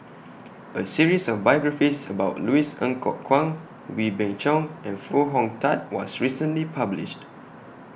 A series of biographies about Louis Ng Kok Kwang Wee Beng Chong and Foo Hong Tatt was recently published